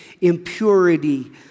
impurity